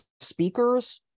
speakers